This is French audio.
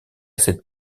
cette